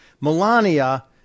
Melania